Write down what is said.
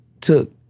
took